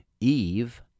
eve